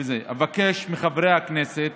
אבקש מחברי הכנסת